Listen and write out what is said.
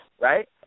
Right